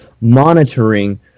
monitoring